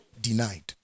Denied